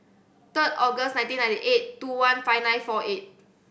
third August nineteen ninety eight two one five nine four eight